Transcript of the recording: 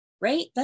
right